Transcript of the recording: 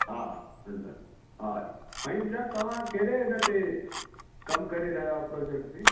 हा हा इहो ॿुधायो तव्हां कहिड़े इन ते कम करे रहिया आहियो प्रोजेक्ट ते